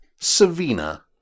Savina